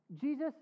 Jesus